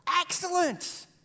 Excellent